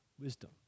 wisdom